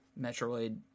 Metroid